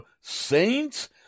saints